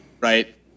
right